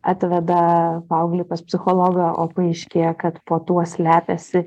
atveda paauglį pas psichologą o paaiškėja kad po tuo slepiasi